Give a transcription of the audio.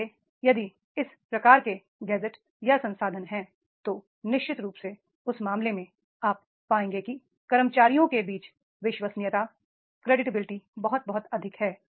इसलिए यदि इस प्रकार के गैजेट या संसाधन हैं तो निश्चित रूप से उस मामले में आप पाएंगे कि कर्मचारियों के बीच क्रेडिविलिटी बहुत बहुत अधिक है